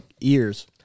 ears